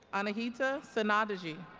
anahita sanadaji